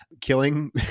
killing